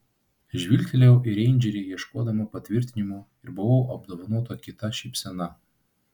žvilgtelėjau į reindžerį ieškodama patvirtinimo ir buvau apdovanota kita šypsena